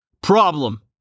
problem